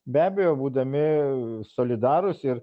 be abejo būdami solidarūs ir